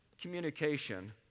communication